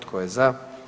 Tko je za?